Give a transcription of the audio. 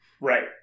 Right